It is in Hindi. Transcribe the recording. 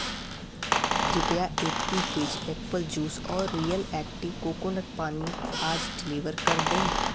कृपया एप्पी फ़िज्ज एप्पल जूस और रियल एक्टिव कोकोनट पानी आज डिलीवर कर दें